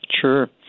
Sure